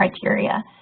criteria